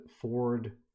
Ford